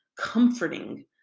comforting